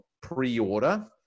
pre-order